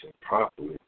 properly